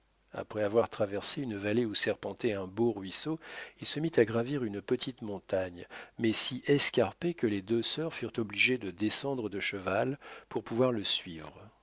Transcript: après avoir traversé une vallée où serpentait un beau ruisseau il se mit à gravir une petite montagne mais si escarpée que les deux sœurs furent obligées de descendre de cheval pour pouvoir le suivre